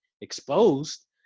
exposed